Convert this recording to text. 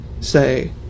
say